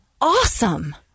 awesome